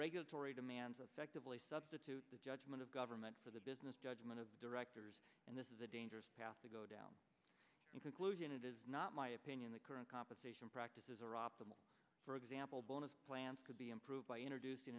regulatory demands of affectively substitute the judgment of government for the business judgment of directors and this is a dangerous path to go down in conclusion it is not my opinion the current compensation practices are optimal for example bonus plans could be improved by introducing